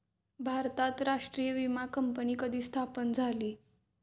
भारतात राष्ट्रीय विमा कंपनी कधी स्थापन झाली?